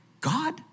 God